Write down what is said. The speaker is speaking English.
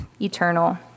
eternal